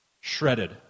shredded